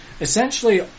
essentially